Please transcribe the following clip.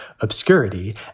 obscurity